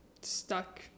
stuck